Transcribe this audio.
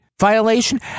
violation